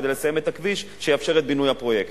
כדי לסיים את הכביש שיאפשר את בינוי הפרויקט.